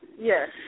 Yes